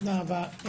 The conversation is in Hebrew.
תודה רבה.